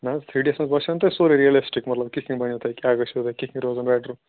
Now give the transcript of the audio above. نہ حظ three D یَس منٛز باسیو نہ تۄہہِ سورٕے ریلِسٹِک مطلب کِتھ کَنہِ بنیو تۄہہِ کیٛاہ گژھیو تۄہہِ روزُن بیٚٹَر